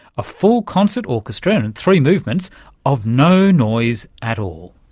a full concert orchestra and three movements of no noise at all,